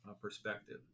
perspective